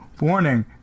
warning